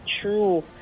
True